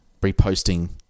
Reposting